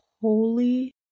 Holy